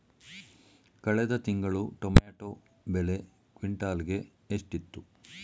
ಕಳೆದ ತಿಂಗಳು ಟೊಮ್ಯಾಟೋ ಬೆಲೆ ಕ್ವಿಂಟಾಲ್ ಗೆ ಎಷ್ಟಿತ್ತು?